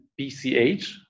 BCH